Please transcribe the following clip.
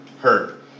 heard